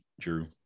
Drew